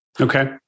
Okay